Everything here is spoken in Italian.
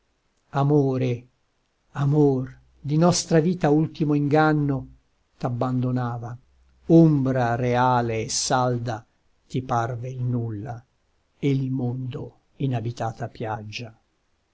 amore amor di nostra vita ultimo inganno t'abbandonava ombra reale e salda ti parve il nulla e il mondo inabitata piaggia